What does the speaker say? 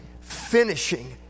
finishing